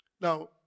Now